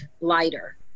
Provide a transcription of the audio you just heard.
lighter